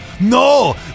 No